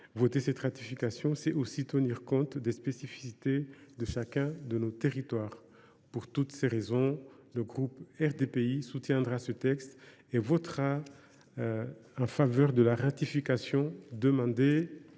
Voter cette ratification, c’est enfin tenir compte des spécificités de chacun de nos territoires. Pour toutes ces raisons, le groupe RDPI soutient ce texte et votera en faveur de la ratification de cette